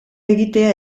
egitea